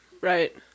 Right